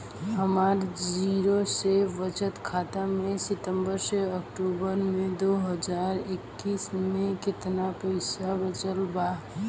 हमार जीरो शेष बचत खाता में सितंबर से अक्तूबर में दो हज़ार इक्कीस में केतना पइसा बचल बा?